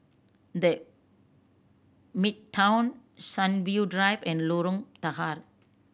The Midtown Sunview Drive and Lorong Tahar